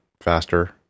faster